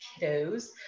kiddos